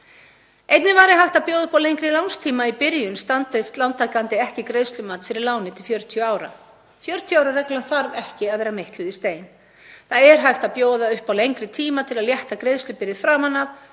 Einnig væri hægt að bjóða upp á lengri lánstíma í byrjun standist lántakandi ekki greiðslumat fyrir láni til 40 ára. 40 ára reglan þarf ekki að vera meitluð í stein. Það er hægt að bjóða upp á lengri tíma til að létta greiðslubyrði framan af,